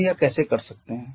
हम यह कैसे कर सकते हैं